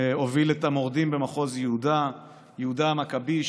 הוביל את המורדים במחוז יהודה יהודה המכבי.